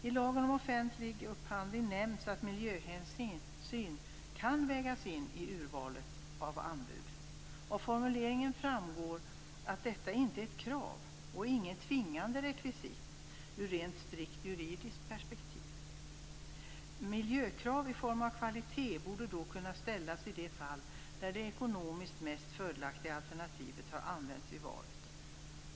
I lagen om offentlig upphandling nämns att miljöhänsyn kan vägas in vid urvalet av anbud. Av formuleringen framgår att detta inte är ett krav och alltså inte något tvingande rekvisit i rent strikt juridisk mening. Miljökrav i form av kvalitetskrav borde kunna ställas i de fall där det ekonomiskt mest fördelaktiga alternativet använts som kriterium vid valet.